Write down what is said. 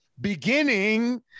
beginning